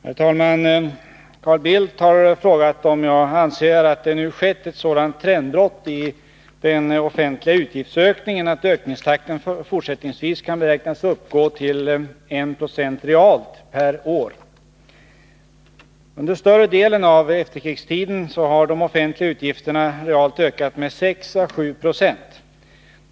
Herr talman! Carl Bildt har frågat om jag anser att det nu skett ett sådant trendbrott i den offentliga utgiftsökningen att ökningstakten fortsättningsvis kan beräknas uppgå till 1 26 realt per år. Under större delen av efterkrigstiden har de offentliga utgifterna realt ökat med 6 å 7 Jo.